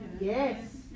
yes